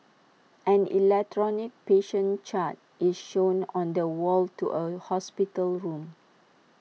an electronic patient chart is shown on the wall to A hospital room